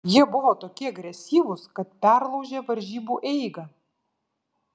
jie buvo tokie agresyvūs kad perlaužė varžybų eigą